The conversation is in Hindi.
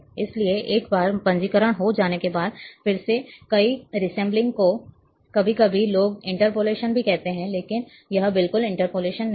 इसलिए एक बार पंजीकरण हो जाने के बाद फिर से किए रीसेंबलिंग को कभी कभी लोग इंटरपोलेशन भी कहते हैं लेकिन यह बिल्कुल इंटरपोलेशन नहीं है